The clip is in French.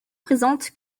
présentes